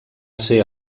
ser